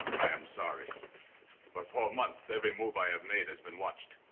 i am sorry but for months every move i have made has been watched.